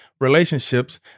relationships